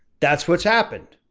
that's what's happened.